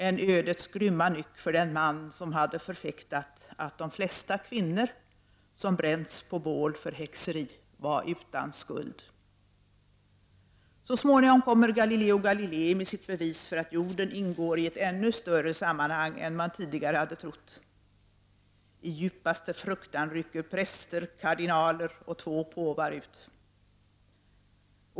En ödets grymma nyck för den man som hade förfäktat att de flesta kvinnor som hade bränts på bål för häxeri var utan skuld. Så småningom kommer Galileo Galilei med sitt bevis för att jorden ingår i ett ännu större sammanhang än man tidigare hade trott. I djupaste fruktan rycker präster, kardinaler och två påvar ut.